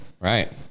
right